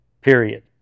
period